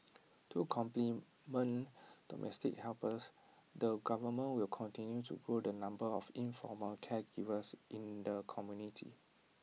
to complement domestic helpers the government will continue to grow the number of informal caregivers in the community